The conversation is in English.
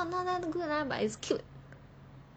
not that good ah but it's cute